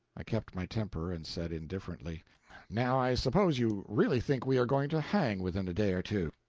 i kept my temper, and said, indifferently now i suppose you really think we are going to hang within a day or two.